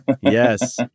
Yes